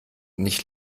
nicht